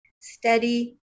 steady